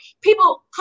People